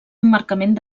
emmarcament